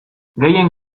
gehien